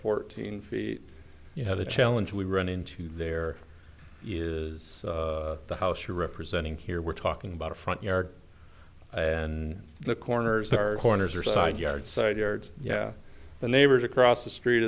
fourteen feet you know the challenge we run into there is the house you're representing here we're talking about a front yard and the corners are corners or side yard side yards yeah the neighbors across the street